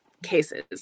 cases